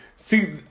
see